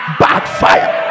backfire